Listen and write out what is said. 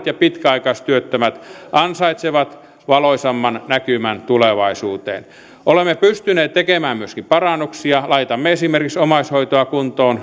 ja pitkäaikaistyöttömät ansaitsevat valoisamman näkymän tulevaisuuteen olemme pystyneet tekemään myöskin parannuksia laitamme esimerkiksi omaishoitoa kuntoon